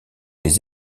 les